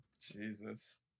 Jesus